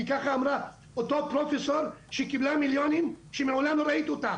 כי ככה אמרה אותו פרופסור שקיבלה מיליונים שמעולם לא ראיתי אותה,